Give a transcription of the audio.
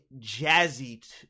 jazzy